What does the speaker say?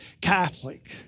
Catholic